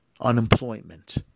unemployment